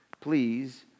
Please